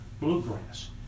bluegrass